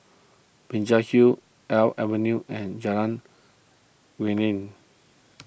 Binjai Hill Alps Avenue and Jalan Geneng